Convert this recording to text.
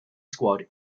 squad